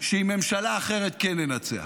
שעם ממשלה אחרת כן ננצח.